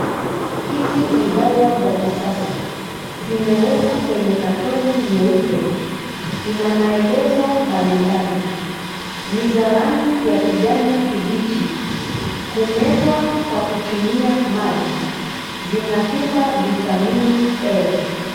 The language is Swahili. Hizi ni dawa za kisasa. Zimewekwa kwenye carton nyeupe. Ina maelezo mbalimbali. Ni za rangi ya kijani kibichi. Humezwa kwa kutumia maji. Zinatupa vitamini A.